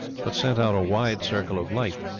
but sent out a wide circle of light,